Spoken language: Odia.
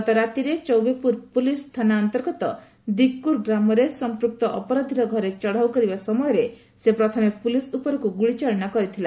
ଗତ ରାତିରେ ଚୌବେପୁର ପୁଲିସ ଥାନା ଅନ୍ତର୍ଗତ ଦିକୁର୍ ଗ୍ରାମରେ ସଂପୃକ୍ତ ଅପରାଧିର ଘରେ ଚଢ଼ଉ କରିବା ସମୟରେ ସେ ପ୍ରଥମେ ପୁଲିସ ଉପରକୁ ଗୁଳିଚାଳନା କରିଥିଲା